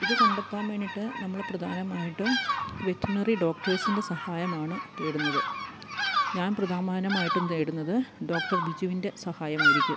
ഇത് കണ്ടെത്താൻ വേണ്ടിയിട്ട് നമ്മൾ പ്രധാനമായിട്ടും വെറ്ററിനറി ഡോക്ടേഴ്സിൻ്റെ സഹായമാണ് തേടുന്നത് ഞാൻ പ്രധാമാനമായിട്ടും തേടുന്നത് ഡോക്ടർ ബിജുവിൻ്റെ സഹായമായിരിക്കും